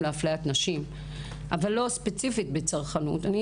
לאפליית נשים אבל לא ספציפית בצרכנות יודעת,